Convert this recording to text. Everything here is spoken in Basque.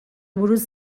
buruz